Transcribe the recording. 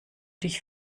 dich